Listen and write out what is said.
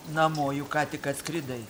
namo juk ką tik atskridai